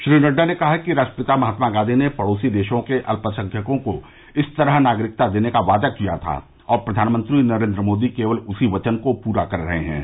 श्री नड्डा ने कहा कि राष्ट्रपिता महात्मा गांधी ने पड़ोसी देशों के अल्पसंख्यकों को इस तरह नागरिकता देने का वादा किया था और प्रधानमंत्री नरेंद्र मोदी केवल उसी वचन को पूरा कर रहे हैं